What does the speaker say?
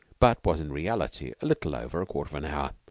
but was in reality a little over a quarter of an hour,